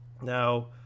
Now